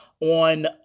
on